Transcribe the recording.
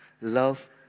Love